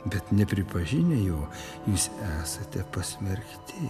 bet nepripažinę jo jūs esate pasmerkti